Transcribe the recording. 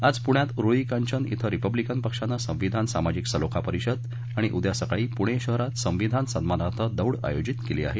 आज पुण्यात उरुळी कांचन इथं रिपब्लिकन पक्षानं संविधान सामाजिक सलोखा परिषद आणि उद्या सकाळी पुणे शहरात संविधान सन्मानार्थ दौड आयोजित केली आहे